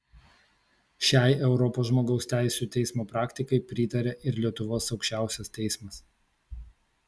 šiai europos žmogaus teisių teismo praktikai pritaria ir lietuvos aukščiausias teismas